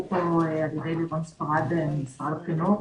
פה על ידי לירון ספרד ממשרד החינוך.